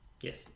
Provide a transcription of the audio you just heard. Yes